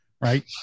right